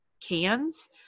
cans